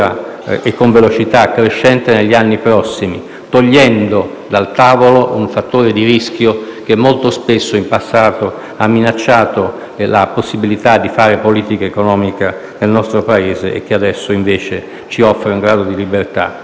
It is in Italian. e con velocità crescente negli anni prossimi, togliendo dal tavolo un fattore di rischio che molto spesso, in passato, ha minacciato la possibilità di fare politica economica nel nostro Paese e che adesso, invece, ci offre un grado di libertà.